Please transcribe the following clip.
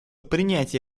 принятие